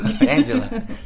Angela